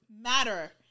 matter